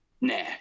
Nah